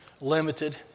limited